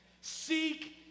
Seek